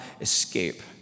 escape